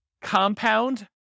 compound